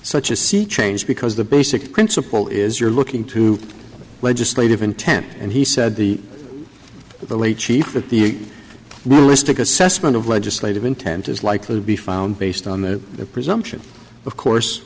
such a sea change because the basic principle is you're looking to legislative intent and he said the the late chief at the risk assessment of legislative intent is likely to be found based on the presumption of course